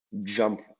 jump